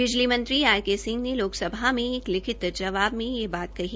बिजली मंत्री आरके सिंह ने लोकसभा में एक लिखित जवाब में ये बात कही